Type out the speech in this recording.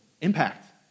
impact